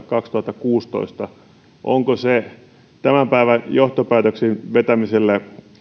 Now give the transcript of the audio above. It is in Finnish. kaksituhattakuusitoista tämän päivän johtopäätöksen vetämiselle